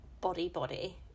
body-body